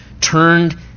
turned